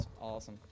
awesome